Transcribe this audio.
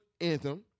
anthem